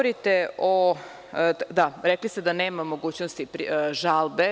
Rekli ste da nema mogućnosti žalbe.